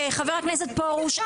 חבר הכנסת פרוש,